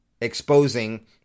exposing